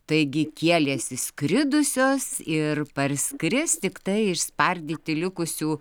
taigi kielės išskridusios ir parskris tiktai išspardyti likusių